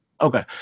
okay